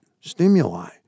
stimuli